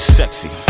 sexy